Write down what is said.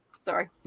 Sorry